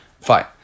Fine